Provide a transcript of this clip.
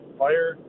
fire